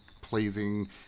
pleasing